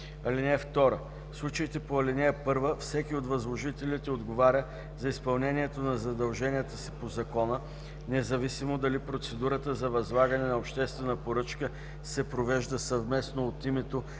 други. (2) В случаите по ал. 1 всеки от възложителите отговаря за изпълнението на задълженията си по закона, независимо дали процедурата за възлагане на обществена поръчка се провежда съвместно от името